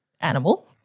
animal